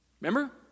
Remember